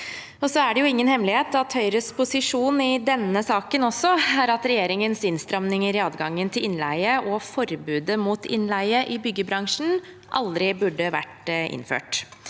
Det er ingen hemmelighet at Høyres posisjon også i denne saken er at regjeringens innstramninger i adgangen til innleie og forbudet mot innleie i byggebransjen aldri burde vært innført.